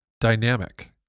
Dynamic